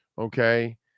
okay